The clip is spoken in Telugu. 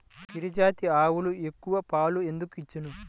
గిరిజాతి ఆవులు ఎక్కువ పాలు ఎందుకు ఇచ్చును?